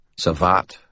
Savat